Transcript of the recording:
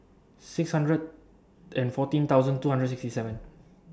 six hundred and fourteen thousand two hundred sixty seven